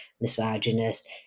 misogynist